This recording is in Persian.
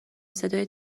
صدای